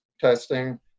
testing